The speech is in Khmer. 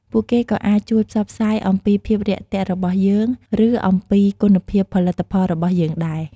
ពួកគេក៏អាចជួយផ្សព្វផ្សាយអំពីភាពរាក់ទាក់របស់យើង ឬអំពីគុណភាពផលិតផលរបស់យើងដែរ។